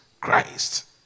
Christ